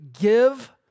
give